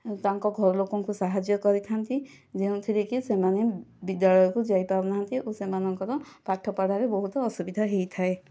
ତାଙ୍କ ଘରଲୋକଙ୍କୁ ସାହାଯ୍ୟ କରିଥାନ୍ତି ଯେଉଁଥିରେ କି ସେମାନେ ବିଦ୍ୟାଳୟକୁ ଯାଇ ପାରୁନାହାନ୍ତି ଓ ସେମାନଙ୍କର ପାଠପଢ଼ାରେ ବହୁତ ଅସୁବିଧା ହୋଇଥାଏ